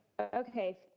okay